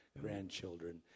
grandchildren